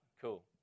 cool